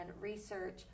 research